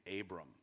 Abram